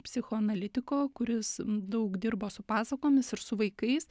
psichoanalitiko kuris daug dirbo su pasakomis ir su vaikais